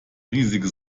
riesige